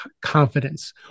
confidence